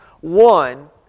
One